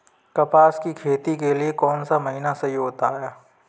कपास की खेती के लिए कौन सा महीना सही होता है?